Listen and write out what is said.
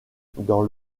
dans